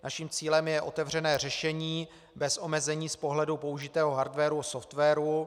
Naším cílem je otevřené řešení bez omezení z pohledu použitého hardwaru a softwaru.